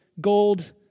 gold